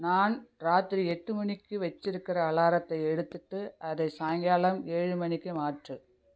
நான் ராத்திரி எட்டு மணிக்கு வச்சிருக்கிற அலாரத்தை எடுத்துட்டு அதை சாயங்காலம் ஏழு மணிக்கு மாற்று